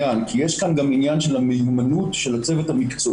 זה קצת רדוקציה של העניין כי יש גם עניין של המיומנות של הצוות המקצועי